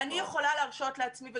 אני יכולה להרשות לעצמי.